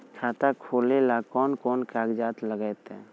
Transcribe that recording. खाता खोले ले कौन कौन कागज लगतै?